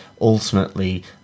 ultimately